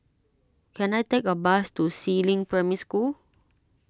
can I take a bus to Si Ling Primary School